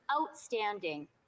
outstanding